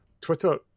twitter